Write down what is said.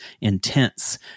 intense